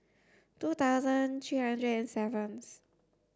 two thousand three hundred and seventh